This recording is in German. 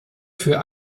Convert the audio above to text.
für